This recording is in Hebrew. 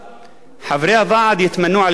חברי הוועד יתמנו על-ידי השר,